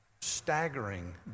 Staggering